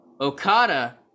Okada